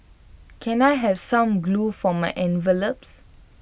can I have some glue for my envelopes